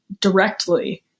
directly